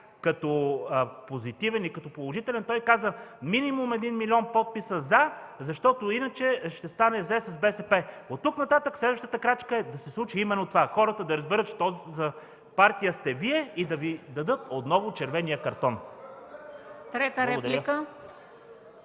като позитивен и като положителен, той каза: „Минимум един милион подписа „за”, защото иначе ще стане зле с БСП”. Оттук нататък следващата крачка е да се случи именно това – хората да разберат що за партия сте Вие, и да Ви дадат отново червения картон. (Силен